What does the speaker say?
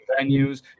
venues